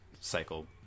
cycle